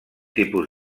tipus